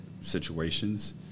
situations